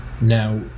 Now